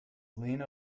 lena